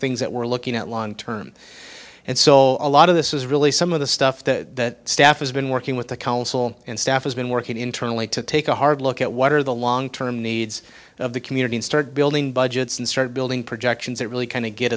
things that we're looking at long term and so a lot of this is really some of the stuff that staff has been working with the council and staff has been working internally to take a hard look at what are the long term needs of the community and start building budgets and start building projections that really kind of get